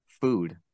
food